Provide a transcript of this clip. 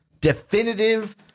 definitive